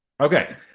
Okay